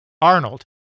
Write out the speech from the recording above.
Arnold